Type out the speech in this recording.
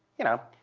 you know,